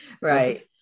Right